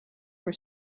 were